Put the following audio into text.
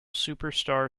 superstar